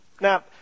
Now